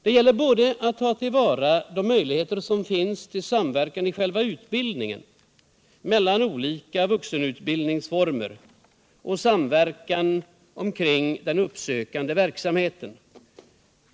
Det gäller att ta till vara de möjligheter som finns till samverkan i själva utbildningen, mellan olika vuxenutbildningsformer och kring den uppsökande verksamheten.